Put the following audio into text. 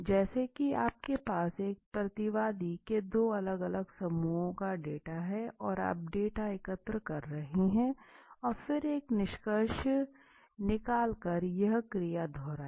जैसे की आपके पास एक प्रतिवादी के दो अलग अलग समूहों का डाटा हैं और आप डेटा एकत्र कर रहे हैं और फिर एक निष्कर्ष निका कर यह क्रिया दोहराएं